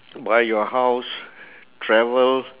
buy your house travel